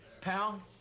Pal